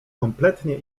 kompletnie